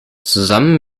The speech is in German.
zusammen